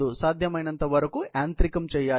సాధ్యమైనంతవరకు యాంత్రికం చేయాలి